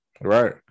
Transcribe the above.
Right